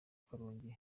karongi